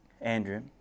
Andrew